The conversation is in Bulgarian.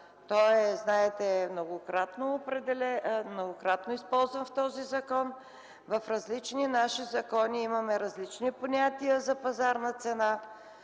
че то е многократно използвано в този закон. В различни наши закони имаме различни понятия за пазарна цена